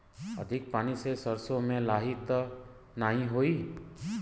अधिक पानी से सरसो मे लाही त नाही होई?